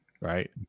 right